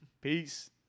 Peace